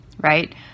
Right